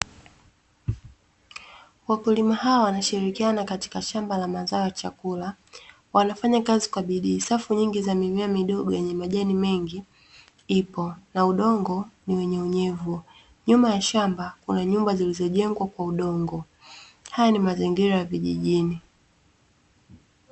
Wakulima hawa wanashirikiana katika shamba la mazao ya chakula, wanafanya kazi kwa bidii. Safu nyingi za mimea midogo yenye majani mengi ipo, na udongo ni wenye unyevu. Nyuma ya shamba kuna nyumba zilizojengwa kwa udongo. Haya ni mazingira ya vijijini.